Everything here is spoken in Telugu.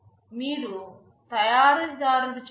మీరు తయారీదారుడు చెప్పినా వాటిని 100 నమ్మవద్దు